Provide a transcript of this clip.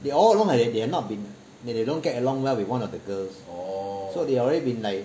they all along they have not been they don't get along well with one of the girls so they already been like